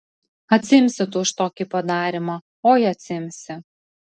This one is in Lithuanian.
atsiimsi tu už tokį padarymą oi atsiimsi